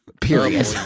period